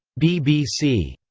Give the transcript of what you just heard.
bbc.